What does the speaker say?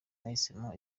nahisemo